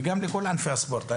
וגם לכל ענפי הספורט.